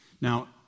Now